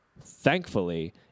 Thankfully